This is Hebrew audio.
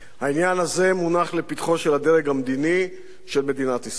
העניין הזה מונח לפתחו של הדרג המדיני של מדינת ישראל.